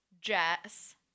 Jess